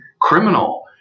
criminal